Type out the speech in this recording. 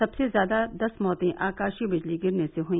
सबसे ज्यादा दस मौते आकाशीय बिजली गिरने से हुई